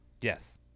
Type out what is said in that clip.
yes